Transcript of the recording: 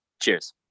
Cheers